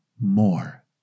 more